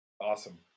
Awesome